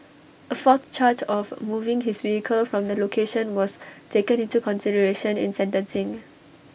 A fourth charge of moving his vehicle from the location was taken into consideration in sentencing